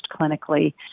clinically